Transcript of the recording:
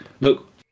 look